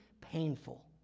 painful